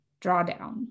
drawdown